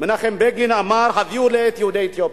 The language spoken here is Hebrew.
מנחם בגין אמר: הביאו לי את יהודי אתיופיה.